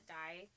die